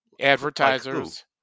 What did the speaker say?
advertisers